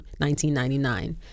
1999